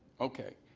okay.